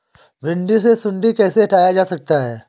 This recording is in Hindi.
भिंडी से सुंडी कैसे हटाया जा सकता है?